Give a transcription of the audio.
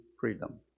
freedom